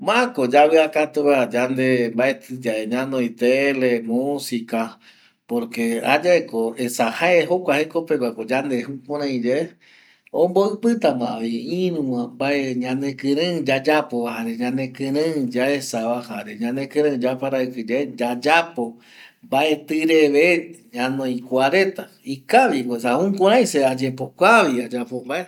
Ma ko yavia katu gua yande mbaeti yae ñanoi tele, musica porque jayae ko esa jae jokua jekopegua yande jukurai yae omboipita ma iru va mbae ñanekirei yayapo, jare ñanekirei yaesa va, jare ñanekirei yaparaikiyae yayapo mbaeti reve ñanoi kua reta ikavi ko esa se ayepokua vi ayapo mbae